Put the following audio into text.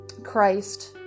Christ